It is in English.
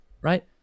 right